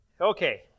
Okay